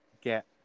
get